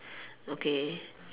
okay